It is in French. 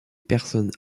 personnes